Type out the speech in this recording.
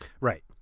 Right